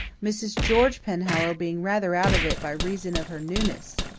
mrs. george penhallow being rather out of it by reason of her newness.